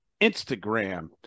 Instagram